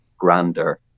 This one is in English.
grander